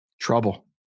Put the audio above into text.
Trouble